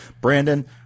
Brandon